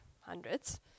hundreds